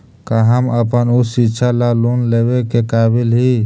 का हम अपन उच्च शिक्षा ला लोन लेवे के काबिल ही?